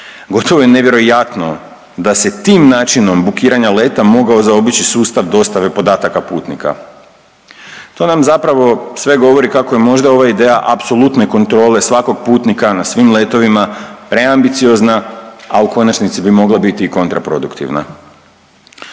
Gotovo je nevjerojatno da se tim načinom bukiranja leta mogao zaobići sustav dostave podataka putnika. To nam zapravo sve govori kako je možda ova ideja apsolutne kontrole svakog putnika na svim letovima preambiciozna, a u konačnici bi mogla biti i kontraproduktivna.